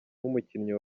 nk’umukinnyi